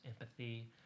empathy